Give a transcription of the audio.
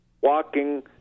walking